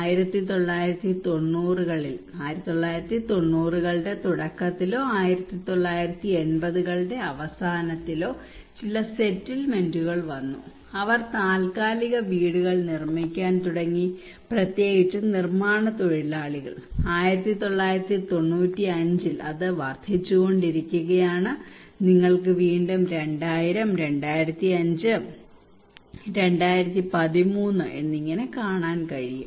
1990 കളിൽ 1990 കളുടെ തുടക്കത്തിലോ 1980 കളുടെ അവസാനത്തിലോ ചില സെറ്റിൽമെന്റുകൾ വന്നു അവർ താൽക്കാലിക വീടുകൾ നിർമ്മിക്കാൻ തുടങ്ങി പ്രത്യേകിച്ച് നിർമ്മാണ തൊഴിലാളികൾ 1995 ൽ അത് വർദ്ധിച്ചുകൊണ്ടിരിക്കുകയാണ് നിങ്ങൾക്ക് വീണ്ടും 2000 2005 2013 എന്നിങ്ങനെ കാണാൻ കഴിയും